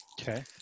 Okay